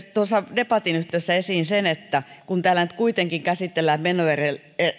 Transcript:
debatin yhteydessä esiin sen että kun täällä nyt kuitenkin käsitellään menoeriä